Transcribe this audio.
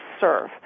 serve